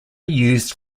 used